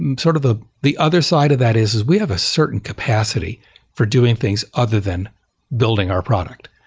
and sort of the the other side of that is, is we have a certain capacity for doing things other than building our product.